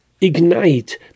ignite